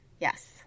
Yes